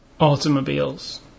Automobiles